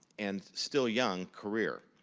and still young, career.